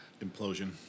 implosion